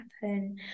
happen